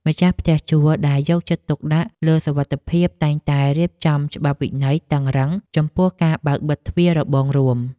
ម្ចាស់ផ្ទះជួលដែលយកចិត្តទុកដាក់លើសុវត្ថិភាពតែងតែរៀបចំច្បាប់វិន័យតឹងរឹងចំពោះការបើកបិទទ្វាររបងរួម។